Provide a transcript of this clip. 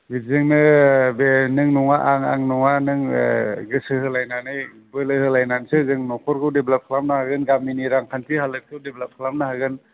बिदिजोंनो बे नङा आं आं नङा नों बे गोसो होलायनानै बोलो होलायनानैसो जों न'खरखौ डेभेलप खालामनो हागोन गामिनि रांखान्थि हालोदखौ डेभेलप खालामनो हागोन